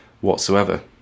whatsoever